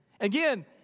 Again